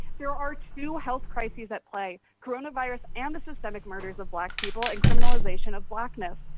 there are two health crisis at play. coronavirus and the systemic wonders of black people in criminalization of blackness.